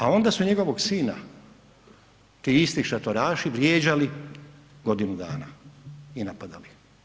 A onda su njegovog sina ti isti šatoraši vrijeđali godinu dana i napadali.